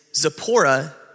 Zipporah